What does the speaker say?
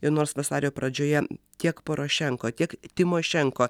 ir nors vasario pradžioje tiek porošenko tiek tymošenko